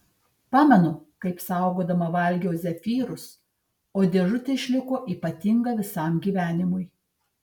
pamenu kaip saugodama valgiau zefyrus o dėžutė išliko ypatinga visam gyvenimui